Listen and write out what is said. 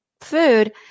food